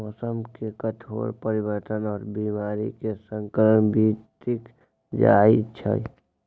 मौसम के कठोर परिवर्तन और बीमारी में संकर बीज टिक जाई छई